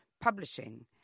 publishing